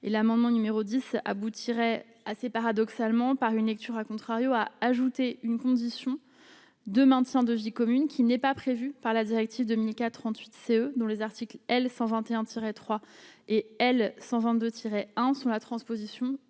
et l'amendement numéro 10 aboutirait assez paradoxalement par une lecture, a contrario, a ajouté une condition de maintien de vie commune qui n'est pas prévu par la directive Dominique 38 CE dans les articles L 121 3 et L 122 en sur la transposition